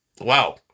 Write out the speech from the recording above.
Wow